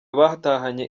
batahanye